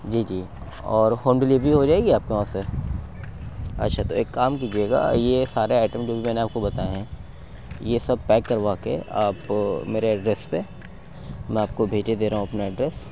جی جی اور home delivery ہو جائے گی آپ کے وہاں سے اچھا تو ایک کام کیجیے گا یہ سارے آئٹم جو بھی میں نے آپ کو بتائے ہیں یہ سب پیک کروا کے آپ میرے ایڈریس پہ میں آپ کو بھیجے دے رہا ہوں اپنا ایڈریس